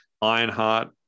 Ironheart